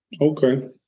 Okay